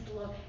love